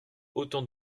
autant